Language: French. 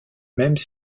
mêmes